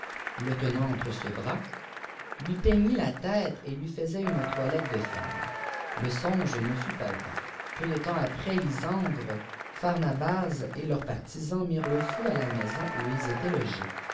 le tenant entre se bras lui peignait la tête et lui faisait une toilette de femme le songe ne fut pas vain peu de temps après lysandre pharnabase et leurs partisans mirent le feu à la maison où il était logé